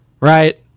right